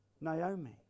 Naomi